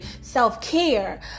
self-care